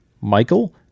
Michael